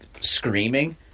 screaming